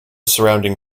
surrounding